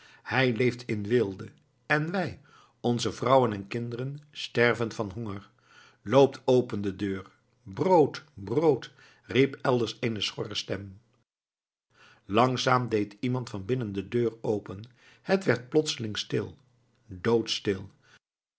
hij leeft in weelde en wij onze vrouwen en kinderen sterven van honger loopt open de deur brood brood riep elders eene schorre stem langzaam deed iemand van binnen de deur open het werd plotseling stil doodstil